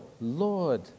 Lord